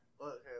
Okay